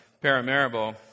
Paramaribo